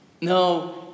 No